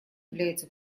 является